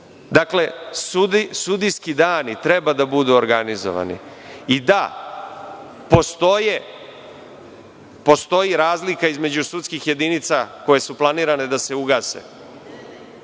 sudijski dani treba da budu organizovani. I da, postoji razlika između sudskih jedinica koje su planirane da se